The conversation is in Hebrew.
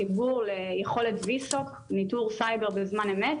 חיבור ליכולת ויסוק ניטור סייבר בזמן אמת,